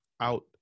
out